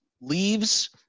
leaves